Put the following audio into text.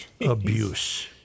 abuse